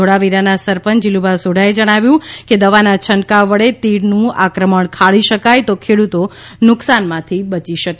ધોળાવીરાના સરપંય જીલુભા સોઢાએ જણાવ્યું છે કે દવાના છંટકાવ વડે તીડનું આક્રમણ ખાળી શકાય તો ખેડૂતો નુકશાનમાંથી બચી શકે